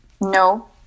No